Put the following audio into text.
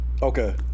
Okay